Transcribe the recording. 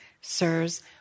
Sirs